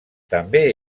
també